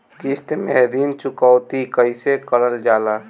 किश्त में ऋण चुकौती कईसे करल जाला?